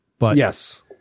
Yes